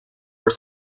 were